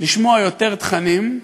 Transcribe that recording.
לשמוע יותר תכנים,